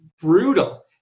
brutal